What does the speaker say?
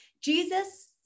Jesus